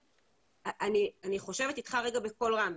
אני חושבת איתך רגע בקול רם.